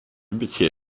beter